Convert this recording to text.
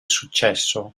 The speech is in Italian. successo